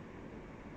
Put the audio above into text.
oh